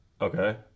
Okay